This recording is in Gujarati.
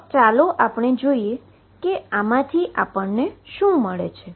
તો ચાલો જોઈએ કે આમાંથી આપણને શું મળે છે